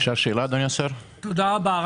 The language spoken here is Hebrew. תודה רבה.